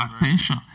attention